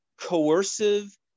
coercive